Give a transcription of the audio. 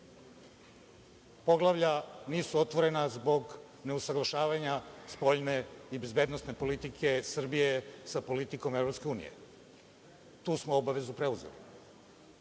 Poglavlja nisu otvorena zbog neusaglašavanja spoljne i bezbednosne politike Srbije sa politikom EU. Tu smo obavezu preuzeli. Ministar